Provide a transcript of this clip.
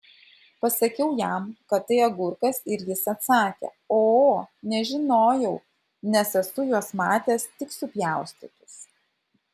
pasakiau jam kad tai agurkas ir jis atsakė o nežinojau nes esu juos matęs tik supjaustytus